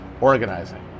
organizing